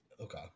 Okay